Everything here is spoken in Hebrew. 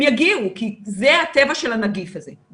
הם יגיעו כי זה הטבע של הנגיף הזה.